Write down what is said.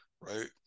right